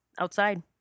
outside